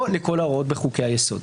או לכל ההוראות בחוקי היסוד.